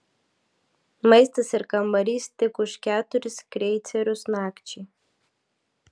maistas ir kambarys tik už keturis kreicerius nakčiai